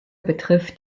betrifft